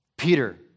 Peter